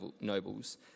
nobles